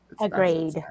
Agreed